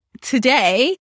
today